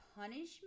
punishment